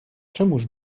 czemuż